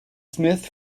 smith